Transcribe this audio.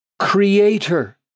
creator